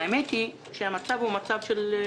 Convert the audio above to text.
האמת היא שהמצב הוא של חירום.